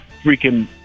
freaking